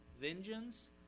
vengeance